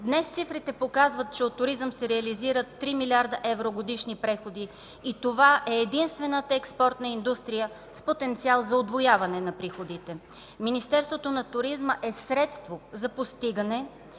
Днес цифрите показват, че от туризъм се реализират 3 млрд. евро годишни приходи и това е единствената експортна индустрия с потенциал за удвояване на приходите. Министерството на туризма е средство за постигане